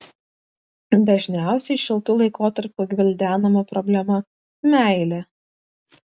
dažniausiai šiltu laikotarpiu gvildenama problema meilė